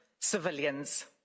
civilians